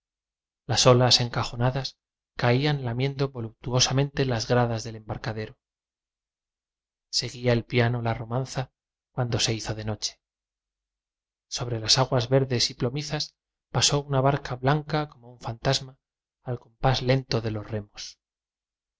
las olas encajonadas caían lamiendo voluptuosamente las gradas del embarcadero seguía el piano la roman za cuando se hizo de noche sobre las aguas verdes y plomizas pasó una barca blanca como un fantasma al compás lento de los remos